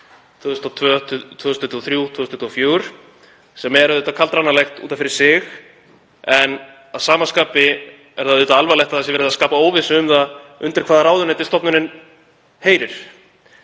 2022, 2023 og 2024, sem er auðvitað kaldranalegt út af fyrir sig. En að sama skapi er auðvitað alvarlegt að verið sé að skapa óvissu um það undir hvaða ráðuneyti stofnunin heyrir.